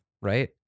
right